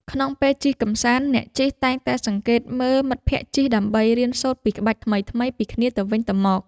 ក្នុងពេលជិះកម្សាន្ត អ្នកជិះតែងតែសង្កេតមើលមិត្តភក្ដិជិះ ដើម្បីរៀនសូត្រពីក្បាច់ថ្មីៗពីគ្នាទៅវិញទៅមក។